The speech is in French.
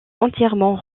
entièrement